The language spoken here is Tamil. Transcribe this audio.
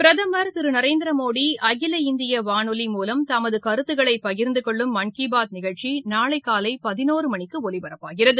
பிரதமர் திரு நரேந்திர மோடி அகில இந்திய வானொலி மூலம் தமது கருத்துக்களை பகிர்ந்து கொள்ளும் மான் கி பாத் நிகழ்ச்சி நாளை காலை பதினோரு மணிக்கு ஒலிபரப்பாகிறது